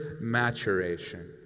maturation